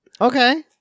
Okay